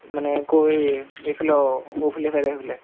মানে কৈ এইফালে ঔফুলীয়া ছাইডৰ সেইফালে